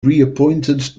reappointed